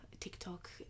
TikTok